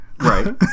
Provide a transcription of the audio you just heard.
Right